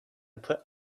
put